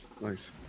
Nice